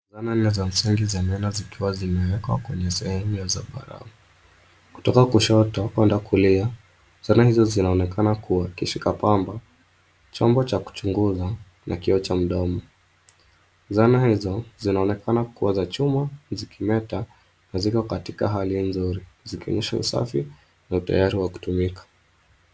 Zana nne za msingi za meno zikiwa zimewekwa kwenye sehemu ya zambarau. Kutoka kushoto kuenda kulia zana hizo zinaonekana kuwa kishika pamba, chombo cha kuchunguza na kioo cha mdomo. Zana hizo zinaonekana kuwa za chuma, zikimeta na ziko katika hali nzuri zikionyesha usafi na utayari kutumika.